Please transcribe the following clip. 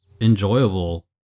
enjoyable